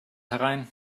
herein